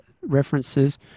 references